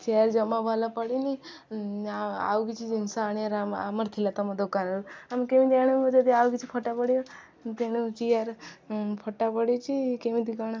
chair ଜମା ଭଲ ପଡ଼ିନି ଆଉ କିଛି ଜିନିଷ ଆଣିବାରେ ଆମର ଥିଲା ତମ ଦୋକାନରୁ ଆମେ କେମିତି ଆଣିବୁ ଯଦି ଆଉ କିଛି ଫଟା ପଡ଼ିବ ତେଣୁ ଚେଆର ଫଟା ପଡ଼ିଛି କେମିତି କ'ଣ